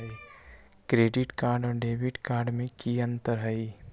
Credit card और debit card में की अंतर हई?